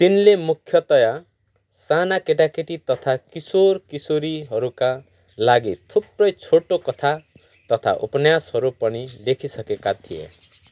तिनले मुख्यतया साना केटाकेटी तथा किशोरकिशोरीहरूका लागि थुप्रै छोटो कथा तथा उपन्यासहरू पनि लेखिसकेका थिए